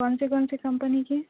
کون سی کون سی کمپنی کی ہیں